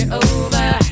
over